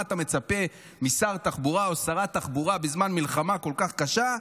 מה אתה מצפה משר התחבורה או שרת תחבורה בזמן מלחמה כל כך קשה?